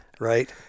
right